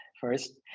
First